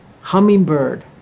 Hummingbird